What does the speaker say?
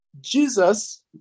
Jesus